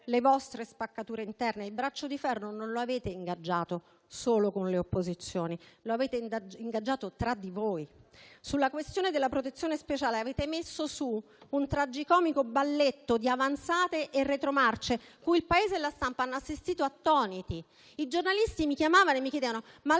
le vostre spaccature interne: il braccio di ferro non lo avete ingaggiato solo con le opposizioni, ma tra di voi. Sulla questione della protezione speciale avete messo su un tragicomico balletto di avanzate e retromarce cui il Paese e la stampa hanno assistito attoniti. I giornalisti mi chiamavano e mi chiedevano: